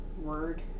word